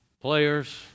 players